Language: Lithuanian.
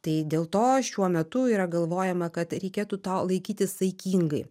tai dėl to šiuo metu yra galvojama kad reikėtų to laikytis saikingai